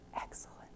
excellent